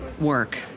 work